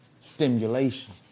stimulation